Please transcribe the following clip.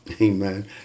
Amen